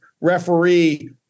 referee